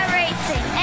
racing